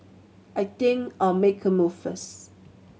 I think I'll make a move first